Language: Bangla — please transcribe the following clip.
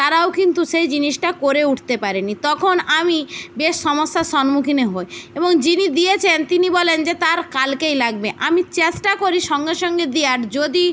তারাও কিন্তু সেই জিনিসটা করে উঠতে পারেনি তখন আমি বেশ সমস্যার সম্মুখীন হই এবং যিনি দিয়েছেন তিনি বলেন যে তাঁর কালকেই লাগবে আমি চেষ্টা করি সঙ্গে সঙ্গে দেওয়ার যদি